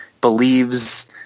believes